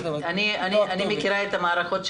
אני מכירה את המערכות,